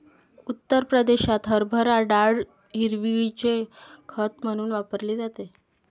उत्तर प्रदेशात हरभरा डाळ हिरवळीचे खत म्हणून वापरली जाते